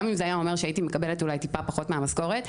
גם אם זה אומר שהייתי מקבלת אולי טיפה פחות מהמשכורת,